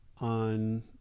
on